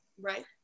Right